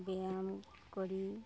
ব্যায়াম করি